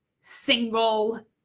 single